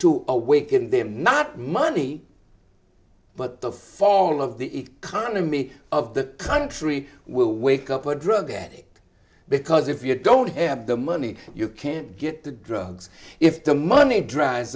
to awaken them not money but the fall of the economy of the country will wake up a drug addict because if you don't have the money you can't get the drugs if the money dries